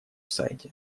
сайте